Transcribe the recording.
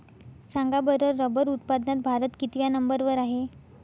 सांगा बरं रबर उत्पादनात भारत कितव्या नंबर वर आहे?